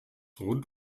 rund